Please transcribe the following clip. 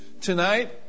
Tonight